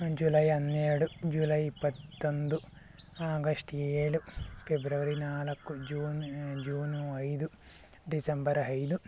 July ಹನ್ನೆರಡು July ಇಪ್ಪತ್ತೊಂದು August ಏಳು ಪೆಬ್ರವರಿ ನಾಲ್ಕು ಜೂನ್ ಜೂನು ಐದು ಡಿಸೆಂಬರ್ ಐದು